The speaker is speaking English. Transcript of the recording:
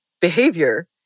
behavior